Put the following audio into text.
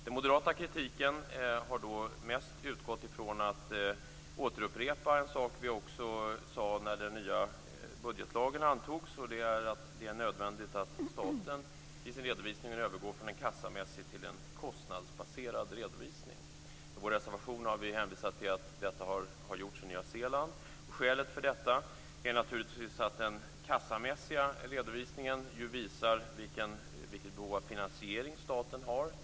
Den moderata kritiken har mest utgått från att upprepa en sak vi också sade när den nya budgetlagen antogs. Det är att det är nödvändigt att staten i sin redovisning övergår från en kassamässig till en kostnadsbaserad redovisning. I vår reservation har vi hänvisat till att detta har gjorts i Nya Zeeland. Skälet till detta är naturligtvis att den kassamässiga redovisningen visar vilket behov av finansiering staten har.